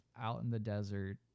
out-in-the-desert